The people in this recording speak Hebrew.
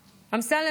אמסלם,